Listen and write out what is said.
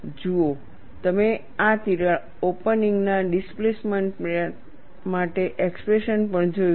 જુઓ તમે તિરાડ ઓપનિંગના ડિસપ્લેસમેન્ટ માટે એક્સપ્રેશન પણ જોયું છે